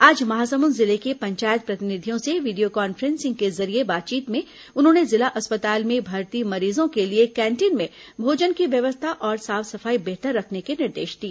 आज महासमुंद जिले के पंचायत प्रतिनिधियों से वीडियो कॉन्फ्रेंसिंग के जरिये बातचीत में उन्होंने जिला अस्पताल में भर्ती मरीजों के लिए कैंटीन में भोजन की व्यवस्था और साफ सफाई बेहतर रखने के निर्देश दिए